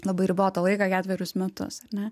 labai ribotą laiką ketverius metus ar ne